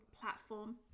platform